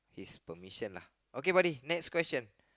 his permission lah okay buddy next question